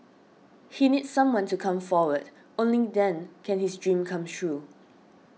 he needs someone to come forward only then can his dream come true